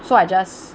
so I just